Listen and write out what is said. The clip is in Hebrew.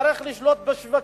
צריך לשלוט בשווקים.